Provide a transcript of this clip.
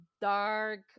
dark